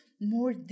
more